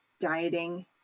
dieting